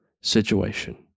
situation